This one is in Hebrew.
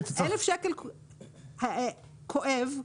כואב.